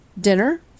dinner